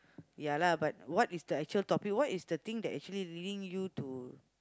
ya lah but what is the actual topic what is the thing that actually leading you to